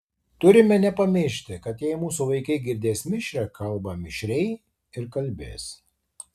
turime nepamiršti kad jei mūsų vaikai girdės mišrią kalbą mišriai ir kalbės